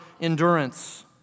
endurance